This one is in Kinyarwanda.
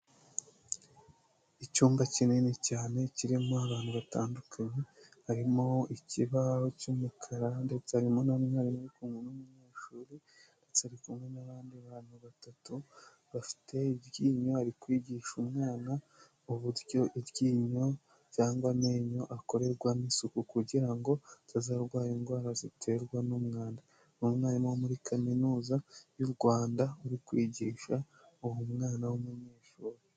Icyumba kinini cyane kirimo abantu batandukanye harimo ikiba cy'umukara ndetse harimo n'umwarimu n'umunyeshuri atariri kumwe n'abandi bantu batatu bafite iryinyo ari kwigisha umwana uburyo iryinyo cyangwa amenyo akorerwa n'isuku kugira ngo atazarwara indwara ziterwa n'umwanda, ni umwarimu wo muri kaminuza y'u Rwanda uri kwigisha uwo mwana w'umunyeshuri.